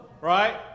Right